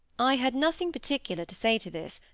i had nothing particular to say to this,